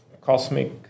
cosmic